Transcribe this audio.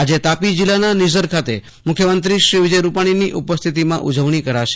આજે તાપી જિલ્લાના નીઝર ખાતે મુખ્યમંત્રી વિજય રુપાણી ની ઉપસ્થિતિમાં ઉજવણી કરાશે